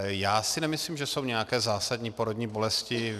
Já si nemyslím, že jsou nějaké zásadní porodní bolesti.